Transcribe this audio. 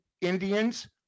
Indians